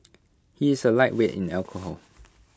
he is A lightweight in alcohol